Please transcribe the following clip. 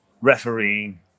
refereeing